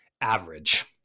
average